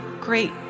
great